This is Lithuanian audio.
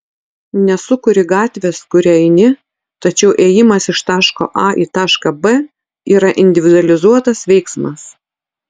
nesukuri gatvės kuria eini tačiau ėjimas iš taško a į tašką b yra individualizuotas veiksmas